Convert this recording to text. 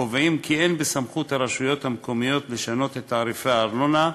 הקובעים כי אין בסמכות הרשויות המקומיות לשנות את תעריפי הארנונה,